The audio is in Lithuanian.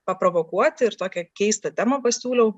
paprovokuoti ir tokią keistą temą pasiūliau